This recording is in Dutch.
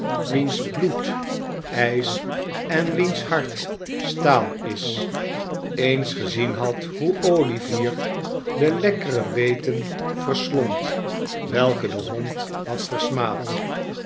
wiens bloed ijs en wiens hart staal is eens gezien had hoe olivier de lekkere beten j verslond welke de hond had versmaad